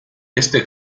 este